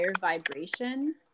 vibration